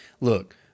look